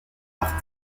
par